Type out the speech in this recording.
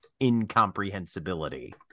incomprehensibility